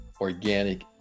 organic